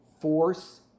force